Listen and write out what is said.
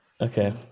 Okay